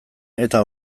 eta